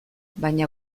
baina